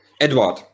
Edward